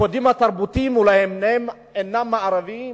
הקודים התרבותיים אולי אינם מערביים